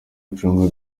acunga